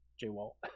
J-Walt